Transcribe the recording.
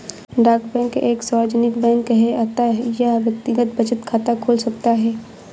डाक बैंक एक सार्वजनिक बैंक है अतः यह व्यक्तिगत बचत खाते खोल सकता है